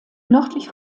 nördlich